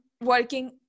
working